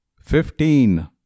Fifteen